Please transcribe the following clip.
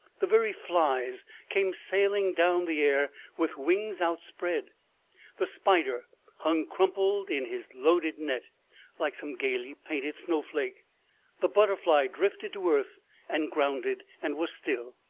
the very flies came sailing down the air with wings outspread the spider hung crumpled in his loaded net like some gaily painted snowflake the butterfly drifted to earth and grounded, and was still.